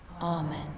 Amen